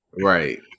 Right